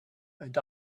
and